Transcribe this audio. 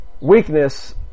weakness